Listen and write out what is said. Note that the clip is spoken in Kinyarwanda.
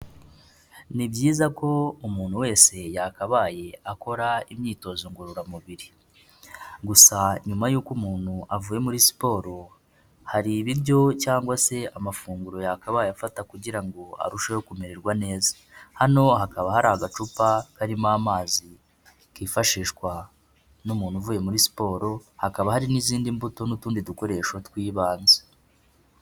Ni byiza ko umuntu wese yakabaye akora imyitozo ngororamubiri. Gusa nyuma y'uko umuntu avuye muri siporo, hari ibiryo cyangwa se amafunguro yakabaye afata kugira ngo arusheho kumererwa neza. Hano hakaba hari agacupa karimo amazi, kifashishwa n'umuntu uvuye muri siporo, hakaba hari n'izindi mbuto n'utundi dukoresho tw'ibanze.